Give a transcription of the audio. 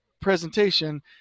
presentation